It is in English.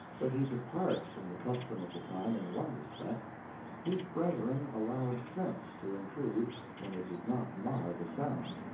but he departs from the custom of the time in one respect his brethren allowed sense to intrude when it did not mar the sound,